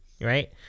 right